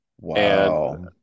Wow